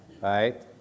right